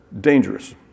dangerous